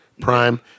Prime